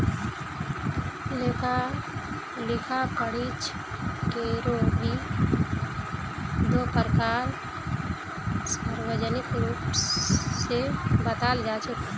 लेखा परीक्षकेरो भी दी प्रकार सार्वजनिक रूप स बताल जा छेक